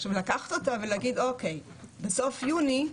עכשיו לקחת אותה בסוף יוני,